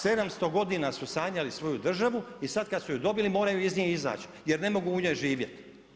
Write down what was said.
700 godina su sanjali svoju državu i sad kad su je dobili, moraju iz nje izaći jer ne mogu u njoj živjeti.